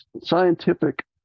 scientific